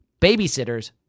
babysitters